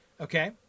Okay